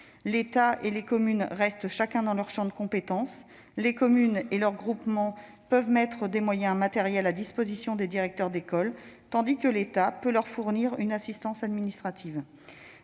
L'État et les communes restent chacun dans leur champ de compétences respectif : les communes et leurs groupements peuvent mettre des moyens matériels à disposition des directeurs d'école, tandis que l'État peut leur fournir une assistance administrative.